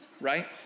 right